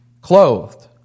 clothed